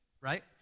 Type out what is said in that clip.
right